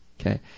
Okay